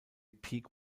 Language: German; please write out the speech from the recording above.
peak